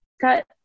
cut